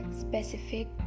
specific